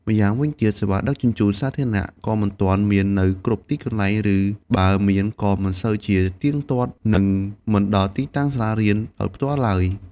ម្យ៉ាងវិញទៀត សេវាដឹកជញ្ជូនសាធារណៈ ក៏មិនទាន់មាននៅគ្រប់ទីកន្លែង ឬបើមានក៏មិនសូវជាទៀងទាត់ និងមិនដល់ទីតាំងសាលារៀនដោយផ្ទាល់ឡើយ។